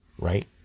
right